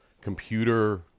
computer